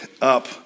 up